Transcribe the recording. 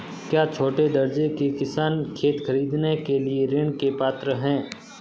क्या छोटे दर्जे के किसान खेत खरीदने के लिए ऋृण के पात्र हैं?